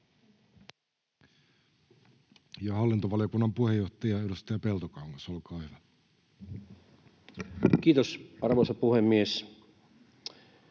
Ja hallintovaliokunnan puheenjohtaja, edustaja Peltokangas, olkaa hyvä. [Speech 233] Speaker: